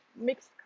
mixed